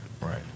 right